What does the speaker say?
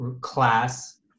class